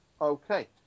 Okay